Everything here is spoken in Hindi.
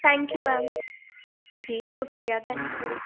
थैंक यू मैम जी शुक्रिया थैंक यू